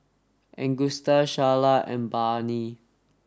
Agusta Sharla and Barnie